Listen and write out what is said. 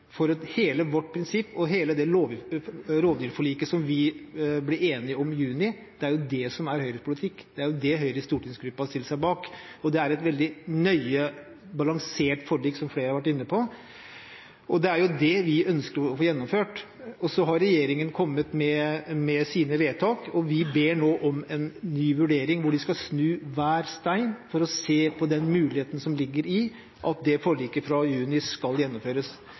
lovverket, for hele vårt prinsipp og hele rovdyrforliket som vi ble enige om i juni – det er jo det som er Høyres politikk. Det er det Høyres stortingsgruppe har stilt seg bak. Og det er et veldig nøye balansert forlik, som flere har vært inne på. Det er det vi ønsker å få gjennomført. Så har regjeringen kommet med sine vedtak, og vi ber nå om en ny vurdering, hvor de skal snu hver stein for å se på den muligheten som ligger i at forliket fra juni skal gjennomføres.